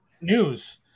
news